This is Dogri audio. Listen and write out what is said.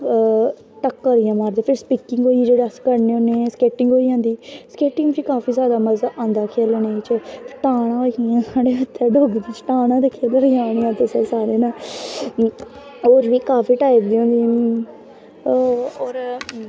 टक्करे दियां मारदे फिर स्किटिंग होई जेह्ड़ी अस करने होने स्किटिंग होई जंदी स्किटिंग च काफी जादा मज़ा आंदा खेलने च टांग आखने इच्छें डोगरी च टांग होर बी काफी टाईप दियां होंदियां नै और